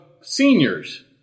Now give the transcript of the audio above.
seniors